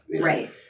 Right